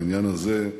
צריך לאחד בעניין הזה את